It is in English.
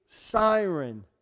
Siren